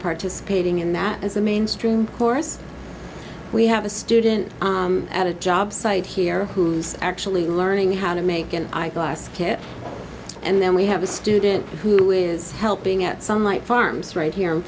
participating in that as a mainstream course we have a student at a job site here who's actually learning how to make an eyeglass kit and then we have a student who is helping out some light farms right here